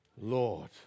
Lord